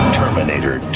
terminator